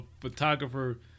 photographer